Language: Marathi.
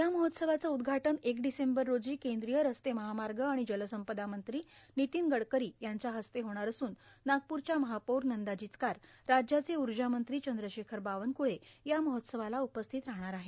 या महोत्सवाचं उद्घाटन एक डिसेंबर रोजी केंद्रीय रस्ते महामार्ग आणि जलसंपदा मंत्री नितीन गडकरी यांच्या हस्ते होणार असून नागपूरच्या महापौर नंदा जिचकार राज्याचे ऊर्जामंत्री चंद्रशेखर बावनकुळे या महोत्सवाला उपस्थित राहणार आहेत